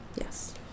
yes